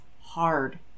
hard